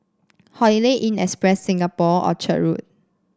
Holiday Inn Express Singapore Orchard Road